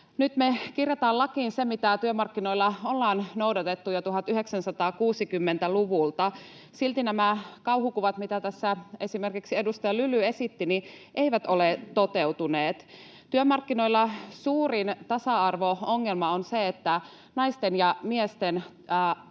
Nyt me kirjataan lakiin se, mitä työmarkkinoilla ollaan noudatettu jo 1960-luvulta. Silti nämä kauhukuvat, mitä tässä esimerkiksi edustaja Lyly esitti, eivät ole toteutuneet. Työmarkkinoilla suurin tasa-arvo-ongelma on se, että naisten ja miesten